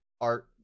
art